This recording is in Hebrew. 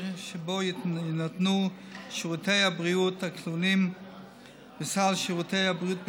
שבו יינתנו שירותי הבריאות הכלולים בסל שירותי הבריאות בישראל.